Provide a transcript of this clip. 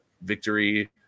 victory